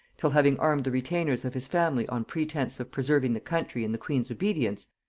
till, having armed the retainers of his family on pretence of preserving the country in the queen's obedience,